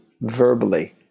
verbally